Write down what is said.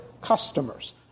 customers